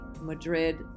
Madrid